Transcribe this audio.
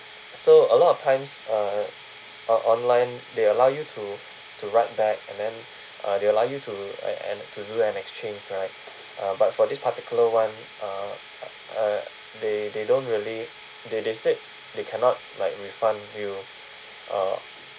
so a lot of times uh uh online they allow you to to write back and then uh they allow you to and and to do an exchange right uh but for this particular one uh uh they they don't really they they said they cannot like refund you uh